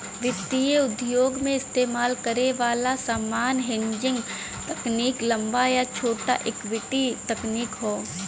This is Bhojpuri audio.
वित्तीय उद्योग में इस्तेमाल करे वाला सामान्य हेजिंग तकनीक लंबा या छोटा इक्विटी तकनीक हौ